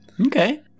Okay